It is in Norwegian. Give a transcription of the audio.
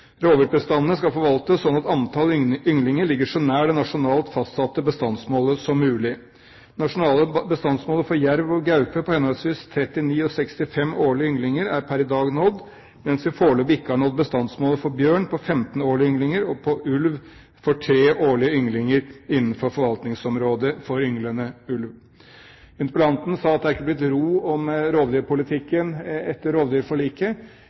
skal forvaltes slik at antall ynglinger ligger så nær det nasjonalt fastsatte bestandsmålet som mulig. Det nasjonale bestandsmålet for jerv og gaupe på henholdsvis 39 og 65 årlige ynglinger er pr. i dag nådd, mens vi foreløpig ikke har nådd bestandsmålet for bjørn på 15 årlige ynglinger og for ulv på 3 årlige ynglinger innenfor forvaltningsområdet for ynglende ulv. Interpellanten sa at det ikke har blitt ro om rovdyrpolitikken etter rovdyrforliket.